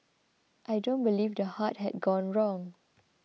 I don't believe the heart had gone wrong